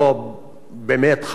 באמת חמור ביותר,